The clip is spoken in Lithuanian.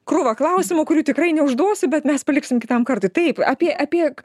krūvą klausimų kurių tikrai neužduosiu bet mes paliksim kitam kartui taip apie apie